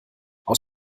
aus